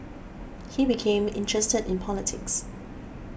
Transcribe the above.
he became interested in politics